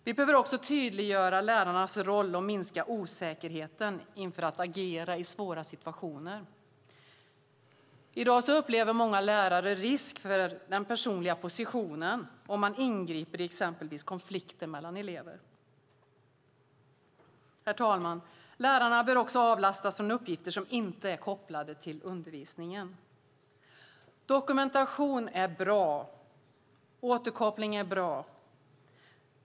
Vi behöver också tydliggöra lärarnas roll och minska osäkerheten inför att agera i svåra situationer. I dag upplever många lärare risk för den personliga positionen om de ingriper i exempelvis konflikter mellan elever. Herr talman! Lärarna bör också avlastas uppgifter som inte är kopplade till undervisningen. Dokumentation och återkoppling är bra.